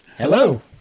Hello